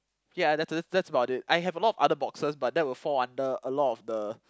ya that that's that's about it I have a lot of other boxes but that will fall under a lot of the